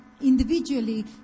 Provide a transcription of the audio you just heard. individually